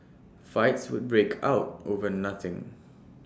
fights would break out over nothing